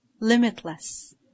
Limitless